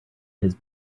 his